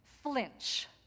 flinch